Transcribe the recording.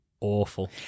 awful